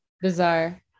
bizarre